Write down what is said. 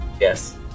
Yes